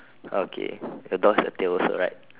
okay your dog has a tail also right